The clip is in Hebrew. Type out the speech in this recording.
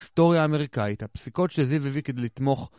היסטוריה האמריקאית, הפסיקות שזיו הביא לתמוך